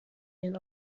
den